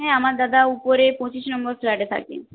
হ্যাঁ আমার দাদা উপরে পঁচিশ নম্বর ফ্ল্যাটে থাকেন